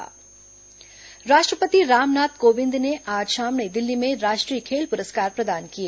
राष्ट्रपति खेल पुरस्कार राष्ट्रपति रामनाथ कोविंद ने आज शाम नई दिल्ली में राष्ट्रीय खेल प्रस्कार प्रदान किए